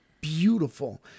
beautiful